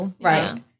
Right